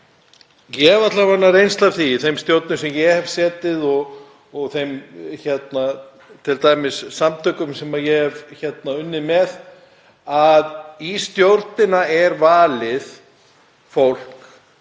Ég hef alla vega reynslu af því í þeim stjórnum sem ég hef setið og í þeim samtökum sem ég hef unnið með að í stjórnina er valið fólk